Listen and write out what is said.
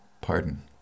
Pardon